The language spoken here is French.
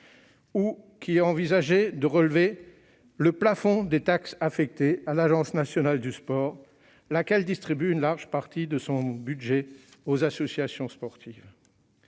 ou qui envisageait de relever le plafond des taxes affectées à l'Agence nationale du sport, laquelle distribue une large partie de son budget aux associations sportives.